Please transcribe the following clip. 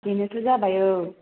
बेनोथ' जाबाय औ